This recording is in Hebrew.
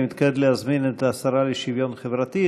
אני מתכבד להזמין את השרה לשוויון חברתי,